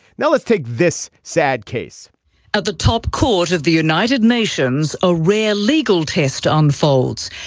now, let's take this sad case at the top court is the united nations. a rare legal test unfolds.